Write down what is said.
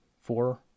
four